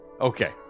Okay